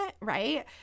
right